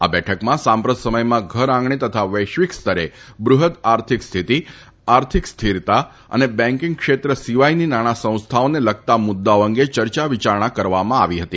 આ બેઠકમાં સાંપ્રત સમયમાં ઘર આંગણે તથા વૈશ્વિક સ્તરે બૃહદ આર્થિક સ્થિતિ આર્થિક સ્થીરતા અને બેન્કીંગ ક્ષેત્ર સિવાયની નાણા સંસ્થાઓને લગતા મુદ્દાઓ અંગે ચર્ચા કરવામાં આવી હતી